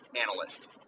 analyst